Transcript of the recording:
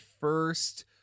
first